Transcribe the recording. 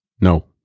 No